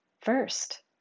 first